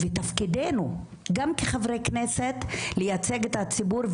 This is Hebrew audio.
ותפקידנו גם כחברי כנסת לייצג את הציבור,